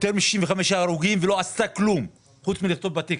יותר מ-65 הרוגים ולא עשתה כלום חוץ מלכתוב בטיקטוק.